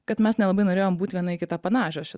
kad mes nelabai norėjom būt viena į kitą panašios čia